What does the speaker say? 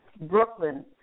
Brooklyn